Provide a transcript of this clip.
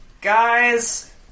guys